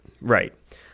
right